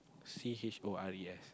C H O R E S